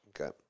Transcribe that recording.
Okay